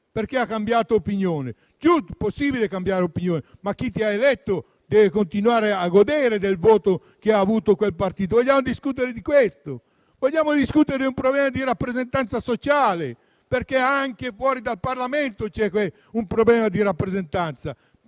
eletto ha cambiato opinione. È possibile cambiare opinione, ma chi ti ha eletto deve continuare a godere del voto che ha dato a un determinato partito. Vogliamo discutere di questo? Vogliamo discutere di un problema di rappresentanza sociale? Anche fuori dal Parlamento c'è un problema di rappresentanza.